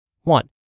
One